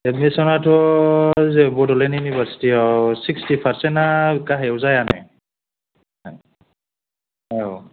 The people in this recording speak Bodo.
एडमिसिनाथ' जे बड'लेण्ड इउनिभारसिटियाव सिक्सटि पारसेन्टआ गाहायाव जायानो औ